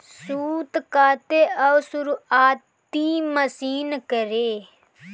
सूत काते कअ शुरुआती मशीन रहे